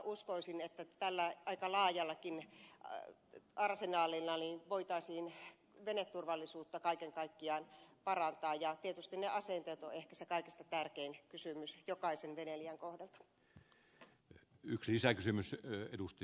uskoisin että tällä aika laajallakin arsenaalilla voitaisiin veneturvallisuutta kaiken kaikkiaan parantaa ja tietysti ne asenteet on ehkä se kaikista tärkein kysymys jokaisen veneilijän kohdalla